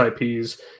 IPs